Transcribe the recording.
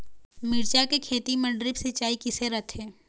मिरचा के खेती म ड्रिप सिचाई किसे रथे?